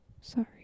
Sorry